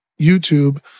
YouTube